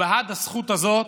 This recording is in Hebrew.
ובעד הזכות הזאת,